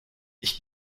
ich